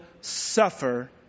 suffer